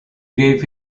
gave